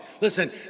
Listen